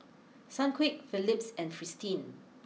Sunquick Phillips and Fristine